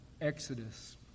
Exodus